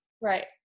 right